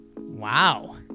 Wow